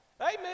Amen